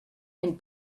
and